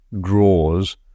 draws